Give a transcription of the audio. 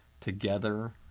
Together